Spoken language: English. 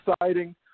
exciting